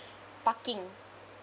parking